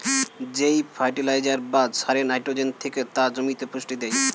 যেই ফার্টিলাইজার বা সারে নাইট্রোজেন থেকে তা জমিতে পুষ্টি দেয়